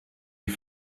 die